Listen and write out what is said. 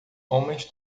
homens